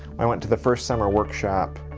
i went to the first summer workshop.